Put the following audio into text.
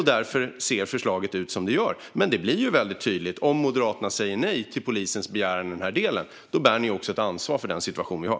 Därför ser förslaget ut som det gör. Men det blir väldigt tydligt: Om ni moderater säger nej till polisens begäran i denna del bär ni också ett ansvar för den situation vi har.